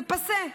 זה פאסה!